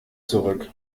zurück